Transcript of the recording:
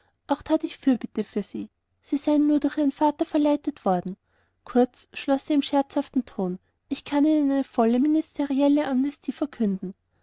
auch tat ich fürbitte für sie sie seien nur durch ihren vetter dazu verleitet worden kurz schloß sie in scherzhaftem ton ich kann ihnen eine volle ministerielle amnestie verkünden